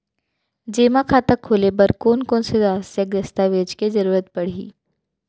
जेमा खाता खोले बर कोन कोन से आवश्यक दस्तावेज के जरूरत परही?